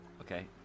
Okay